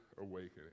awakening